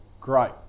great